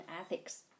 ethics